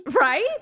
right